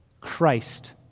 Christ